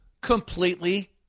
completely